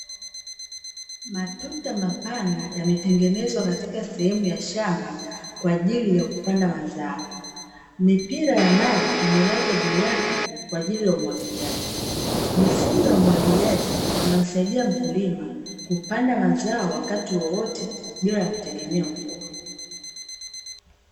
Matuta mapana yametengenezwa katika sehemu ya shamba, kwa ajili ya kupanda mazao, mipira ya maji imelazwa juu yake kwa ajili ya umwagiliaji. Mifumo ya umwagiliaji inamsaidia mkulima kupanda mazao wakati wowote bila kutegemea mvua.